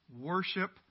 Worship